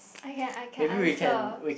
I can I can answer